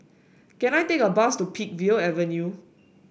can I take a bus to Peakville Avenue